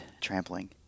trampling